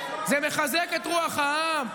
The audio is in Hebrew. זה מחזק את רוח העם?